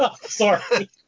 sorry